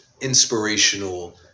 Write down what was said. inspirational